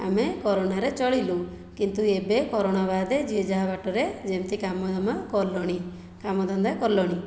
ଆମେ କରୋନାରେ ଚଳିଲୁ କିନ୍ତୁ ଏବେ କରୋନା ବାଦ୍ ଯିଏ ଯାହା ବାଟରେ ଯେମିତି କାମଦାମ କଲେଣି କାମଧନ୍ଦା କଲେଣି